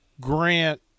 Grant